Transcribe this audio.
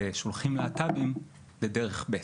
ושולחים להט"בים לדרך ב'.